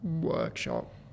workshop